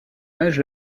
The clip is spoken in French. âge